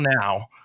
now